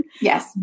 Yes